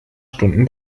stunden